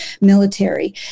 military